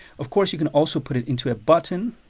of course you can also put it into a button